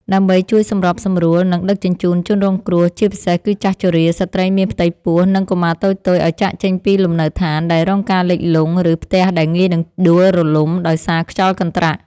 ដើម្បីជួយសម្របសម្រួល និងដឹកជញ្ជូនជនរងគ្រោះ ជាពិសេសគឺចាស់ជរា ស្ត្រីមានផ្ទៃពោះ និងកុមារតូចៗឱ្យចាកចេញពីលំនៅដ្ឋានដែលរងការលិចលង់ ឬផ្ទះដែលងាយនឹងដួលរំលំដោយសារខ្យល់កន្ត្រាក់។